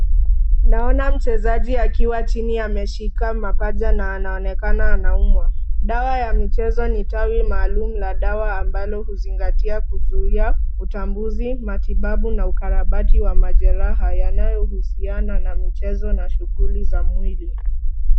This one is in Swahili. Naona mchezaji akiwa chini ameshika mapaja na anaonekana anaumwa. Dawa ya michezo ni tawi maalum la dawa ambalo huzingatia kuzuia utambuzi, matibabu na ukarabati wa majeraha yanayohusiana na michezo na shughuli za mwili.